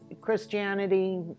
Christianity